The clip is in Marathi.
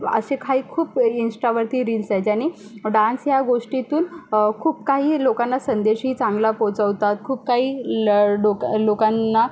असे काही खूप इंस्टावरती रिल्स आहेत ज्यांनी डान्स ह्या गोष्टीतून खूप काही लोकांना संदेशही चांगला पोचवतात खूप काही ल डोका लोकांना